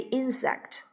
insect